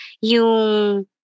yung